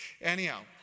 anyhow